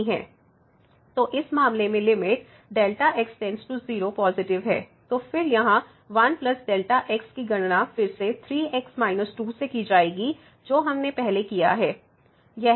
तो इस मामले में लिमिट Δx → 0 पॉजिटिव है तो फिर यहां 1Δx की गणना फिर से 3x−2 से की जाएगी जो हमने पहले किया है